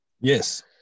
Yes